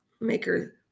Maker